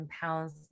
pounds